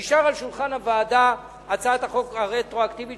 נשארה על שולחן הוועדה הצעת החוק הרטרואקטיבית,